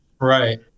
Right